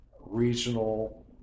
regional